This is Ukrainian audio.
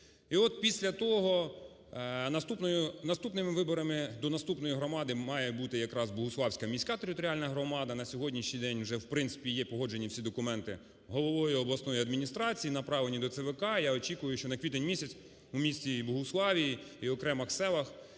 І от після того наступними виборами до наступної громади має бути якраз Богуславська міська територіальна громада. На сьогоднішній день вже, в принципі, є погоджені всі документи головою обласної адміністрації, направлені до ЦВК. Я очікую, що на квітень місяць у місті Богуславі і окремих селах